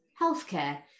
healthcare